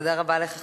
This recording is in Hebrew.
תודה רבה לך,